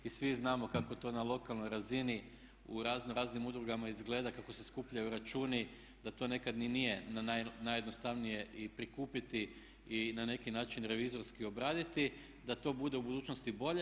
I svi znamo kako to na lokalnoj razini u razno raznim udrugama izgleda, kako se skupljaju računi da to nekad ni nije najjednostavnije i prikupiti i na neki način revizorski obraditi da to bude u budućnosti bolje.